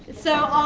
so